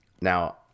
Now